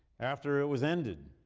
after it was ended,